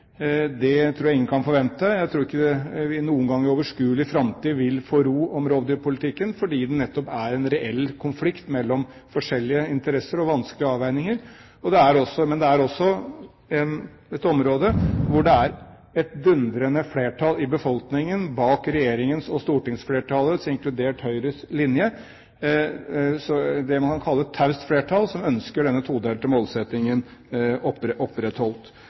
Det tror jeg ingen kan forvente. Jeg tror ikke vi noen gang i overskuelig framtid vil få ro om rovdyrpolitikken, fordi det nettopp er en reell konflikt mellom forskjellige interesser og vanskelige avveininger. Men det er også et område hvor det er et dundrende flertall i befolkningen bak Regjeringen og stortingsflertallets, inkludert Høyre, linje – det man kaller taust flertall – som ønsker denne todelte målsettingen opprettholdt.